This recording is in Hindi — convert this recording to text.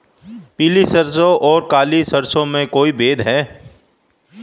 पीली सरसों और काली सरसों में कोई भेद है?